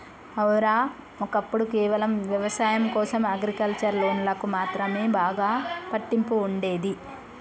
ఔర, ఒక్కప్పుడు కేవలం వ్యవసాయం కోసం అగ్రికల్చర్ లోన్లకు మాత్రమే బాగా పట్టింపు ఉండేది